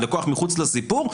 הלקוח מחוץ לסיפור.